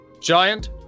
giant